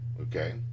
okay